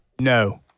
No